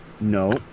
No